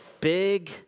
Big